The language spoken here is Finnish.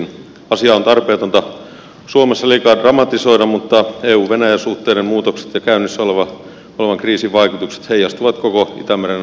asiaa on tarpeetonta suomessa liikaa dramatisoida mutta euvenäjä suhteiden muutokset ja käynnissä olevan kriisin vaikutukset heijastuvat koko itämeren alueelle